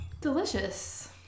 Delicious